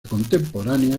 contemporánea